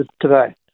today